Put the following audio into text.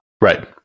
right